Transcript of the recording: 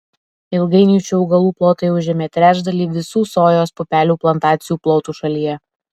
ilgainiui šių augalų plotai užėmė trečdalį visų sojos pupelių plantacijų plotų šalyje